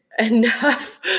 enough